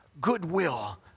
goodwill